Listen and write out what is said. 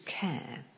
care